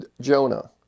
Jonah